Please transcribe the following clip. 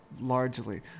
largely